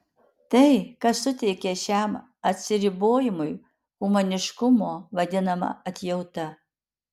tai kas suteikia šiam atsiribojimui humaniškumo vadinama atjauta